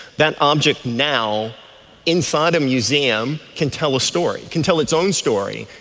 that object now inside a museum can tell a story, can tell its own story.